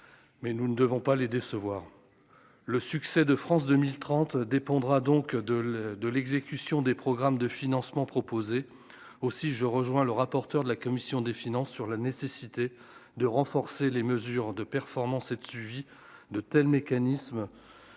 mais nous ne devons pas les décevoir, le succès de France 2030 dépendra donc de l'de l'exécution des programmes de financement proposé aussi je rejoins le rapporteur de la commission des finances, sur la nécessité de renforcer les mesures de performance et de suivi de tels mécanismes